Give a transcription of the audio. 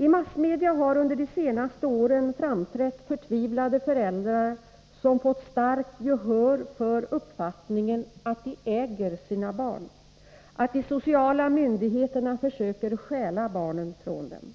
I massmedia har under de senaste åren framträtt förtvivlade föräldrar som fått starkt gehör för uppfattningen att de äger sina barn — att de sociala myndigheterna försöker stjäla barnen från dem.